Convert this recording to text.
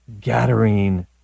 gathering